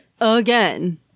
again